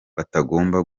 batagomba